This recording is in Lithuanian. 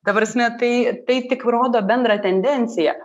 ta prasme tai tai tik rodo bendrą tendenciją